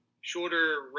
shorter